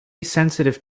sensitive